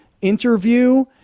interview